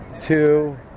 two